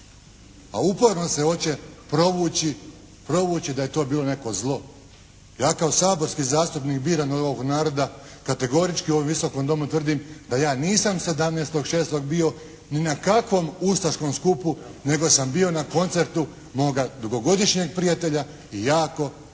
a uporno se hoće provući da je to bilo neko zlo. Ja kao saborski zastupnik biran od ovog naroda kategorički u ovom Visokom domu tvrdim da ja nisam 17.06. bio ni na kakvom ustaškom skupu nego sam bio na koncertu moga dugogodišnjeg prijatelja i jako dobrog